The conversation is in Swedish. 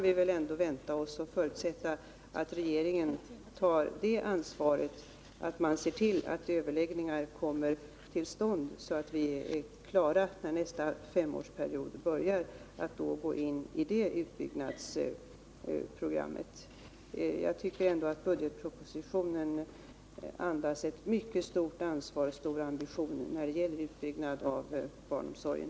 Vi torde kunna förutsätta att regeringen tar ansvaret för att överläggningar kommer till stånd, så att vi när nästa femårsperiod börjar är klara att gå in i utbyggnadsprogrammet för den perioden. Jag tycker att budgetpropositionen andas ett mycket stort ansvar och en mycket stor ambition när det gäller utbyggnaden av barnomsorgen.